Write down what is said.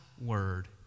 word